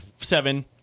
seven